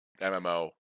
MMO